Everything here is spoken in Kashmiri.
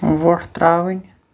وۄٹھ ترٛاوٕنۍ